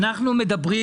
מדברים